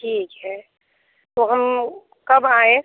ठीक है तो हम कब आएँ